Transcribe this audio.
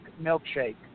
milkshake